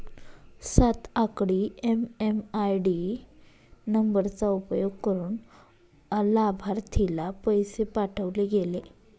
सात आकडी एम.एम.आय.डी नंबरचा उपयोग करुन अलाभार्थीला पैसे पाठवले गेले